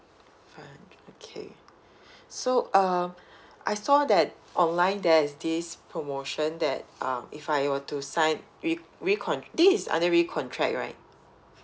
five hundred okay so um I saw that online there's this promotion that um if I were to sign re~ recon~ this is under recontract right